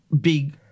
big